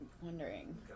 wondering